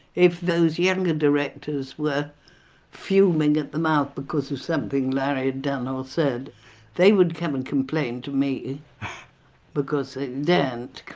if those younger directors were fuming at the mouth because of something larry had done or said they would come and complain to me because they and